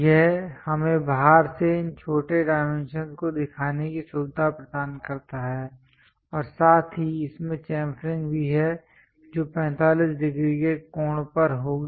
यह हमें बाहर से इन छोटे डाइमेंशंस को दिखाने की सुविधा प्रदान करता है और साथ ही इसमें चम्फरिंग भी है जो 45 डिग्री के कोण पर होगी